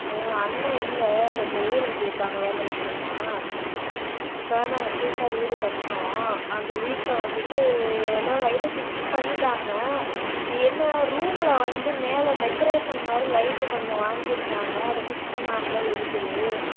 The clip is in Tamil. ஆ அண்ணன் இல்லை கொஞ்சம் ஊருக்கு போயிருக்காங்க வேலை விஷயமாக இப்போ தான் நாங்கள் புதுசாக வீடு கட்டினோம் அந்த வீட்டில் வந்துகிட்டு எல்லா லைட்டும் ஃபிக்ஸ் பண்ணிட்டாங்கள் என்ன ரூம்மில் வந்து மேலே டெக்கரேஷன் மாதிரி லைட்டு கொஞ்சம் வாங்கிருந்தாங்கள் அதை ஃபிக்ஸ் பண்ணாமலே இருக்குது